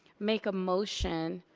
make a motion,